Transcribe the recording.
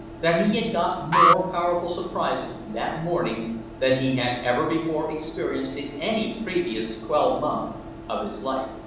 that he had got more powerful surprises that morning than he had ever before experienced in any previous twelvemonth of his life.